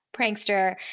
prankster